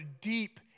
deep